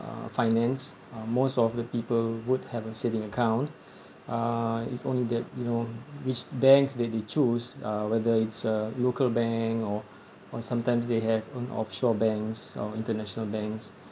uh finance uh most of the people would a saving account uh it's only that you know which banks that they choose uh whether it's a local bank or or sometimes they have on offshore banks or international banks